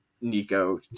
Nico